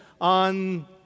on